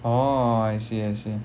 oh I see I see